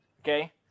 Okay